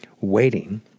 waiting